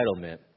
entitlement